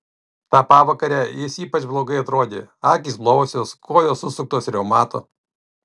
tą pavakarę jis ypač blogai atrodė akys blausios kojos susuktos reumato